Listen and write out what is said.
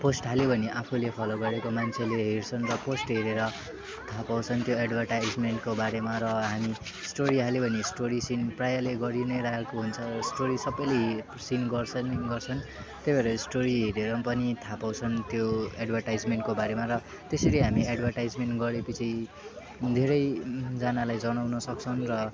post हाल्यो भने आफूले फलो गरेको मान्छेले हेर्छन् र पोस्ट हेरेर थाहा पाउँछन् त्यो एड्भर्टिजमेन्टको बारेमा र हामी स्टोरी हाल्यौँ भने स्टोरी सिन प्रायःले गरी नै रहेको हुन्छ स्टोरी सबैले हेर् सिन गर्छन् गर्छन् त्यही भएर स्टोरी हेरेर पनि थाहा पाउँछन् त्यो एड्भर्टिजमेन्टको बारेमा र त्यसरी हामी एड्भर्टिजमेन्ट गरेपछि धेरैजनालाई जनाउन सक्छन् र